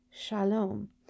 shalom